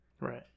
Right